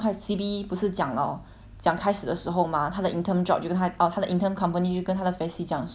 讲开始的时候 mah 她的 intern job 就跟她 orh 她的 intern company 就跟她的 faci 讲说 orh 他们不需要 intern liao